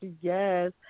Yes